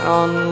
on